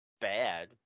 bad